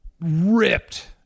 Ripped